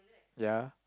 ya